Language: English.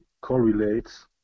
correlates